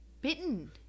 bitten